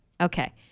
okay